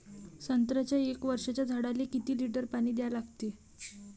संत्र्याच्या एक वर्षाच्या झाडाले किती लिटर पाणी द्या लागते?